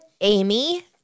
Amy